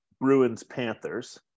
Bruins-Panthers